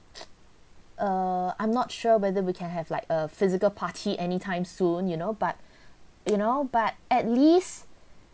err I'm not sure whether we can have like a physical party anytime soon you know but you know but at least